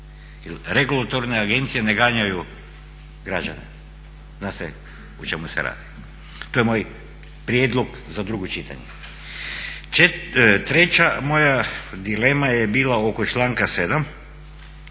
regulatorne agencije ne ganjaju građane. Zna se o čemu se radi. To je moj prijedlog za drugo čitanje. Treća moja dilema je bila oko članka 7.,